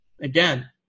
again